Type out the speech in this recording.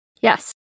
Yes